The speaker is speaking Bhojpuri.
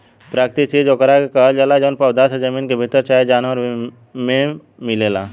प्राकृतिक चीज ओकरा के कहल जाला जवन पौधा से, जमीन के भीतर चाहे जानवर मे मिलेला